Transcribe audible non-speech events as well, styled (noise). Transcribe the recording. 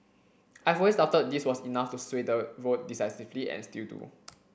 I (unintelligible) always doubted this was enough to sway the vote decisively and still do